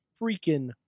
freaking